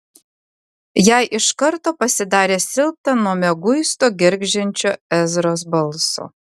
jai iš karto pasidarė silpna nuo mieguisto gergždžiančio ezros balso